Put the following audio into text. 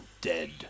Dead